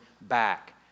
back